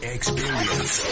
Experience